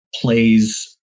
plays